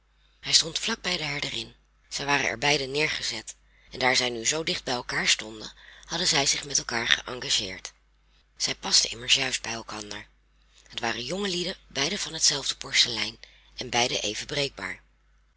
hij stond vlak bij de herderin zij waren er beiden neergezet en daar zij nu zoo dicht bij elkaar stonden hadden zij zich met elkaar geëngageerd zij pasten immers juist bij elkander het waren jongelieden beiden van hetzelfde porselein en beiden even